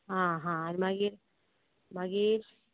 आं हा आनी मागीर मागीर